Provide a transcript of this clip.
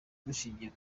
dushingiye